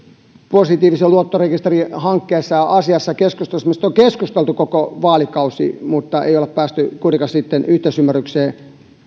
positiivisen luottorekisterin hankkeessa ja asiassa mistä on keskusteltu koko vaalikausi mutta ei olla päästy kuitenkaan sitten yhteisymmärrykseen